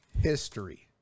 history